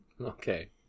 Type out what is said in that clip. Okay